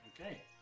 Okay